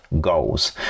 goals